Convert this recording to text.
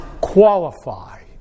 qualify